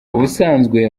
ubusanzwe